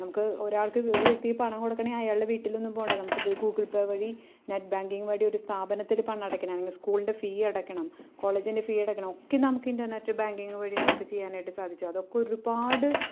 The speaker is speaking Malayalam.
നമുക്ക് ഒരാൾക്ക് ഒരു വ്യക്തിക്ക് പണം കൊടുക്കണേല് അയാളുടെ വീട്ടിലൊന്നും പോകണ്ട നമുക്ക് ഇപ്പോള് ഗൂഗിൾ പേ വഴി നെറ്റ് ബാങ്കിങ്ങ് വഴി ഒരു സ്ഥാപനത്തില് പണം അടയ്ക്കണം അല്ലെങ്കിൽ സ്കൂളിൻ്റെ ഫീ അടയ്ക്കണം കോളേജിൻ്റെ ഫീ അടക്കണം ഒക്കെ നമുക്ക് ഇൻറ്റർനെറ്റ് ബാങ്കിങ്ങ് വഴി നമുക്ക് ചെയ്യാനായിട്ട് സാധിച്ചു അതൊക്കെ ഒരുപാട്